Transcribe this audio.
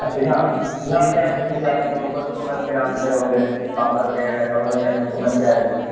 اچھا یہاں وہاں پہ آپ جیسے کہ آپ نے مغل حکومت کے نام سنے ہوں گے بابر وغیرہ سبھوں نے یہاں پر حکومت کیا ہے جو